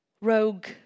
rogue